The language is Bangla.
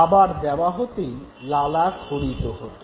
খাবার দেওয়া হতেই লালা ক্ষরিত হত